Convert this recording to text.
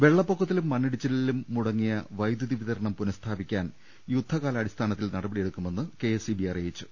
വെള്ളപ്പൊക്കത്തിലും മണ്ണിടിച്ചിലിലും മുടങ്ങിയ വൈദ്യുതി വിത രണം പുനസ്ഥാപിക്കാൻ യുദ്ധകാലാടിസ്ഥാനത്തിൽ നടപടിയെടുക്കു മെന്ന് കെഎസ്ഇബി അറിയിച്ചു